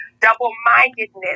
double-mindedness